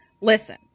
listen